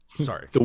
sorry